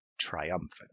triumphant